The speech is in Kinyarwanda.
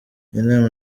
inama